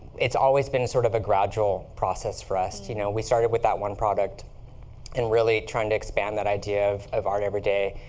it's always been sort of a gradual process for us. you know we started with that one product and really trying to expand that idea of of art every day.